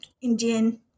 Indian